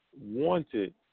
Wanted